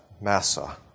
Massa